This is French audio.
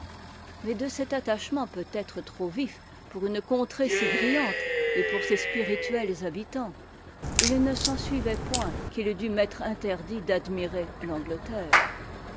mais de cet attachement peut-être trop vif pour une contrée si brillante et pour ses spirituels habitants il ne s'ensuivait point qu'il dût m'être interdit d'admirer l'angleterre